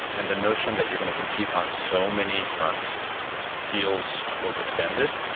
and the notion that you're going to compete on so many fronts feels overextended.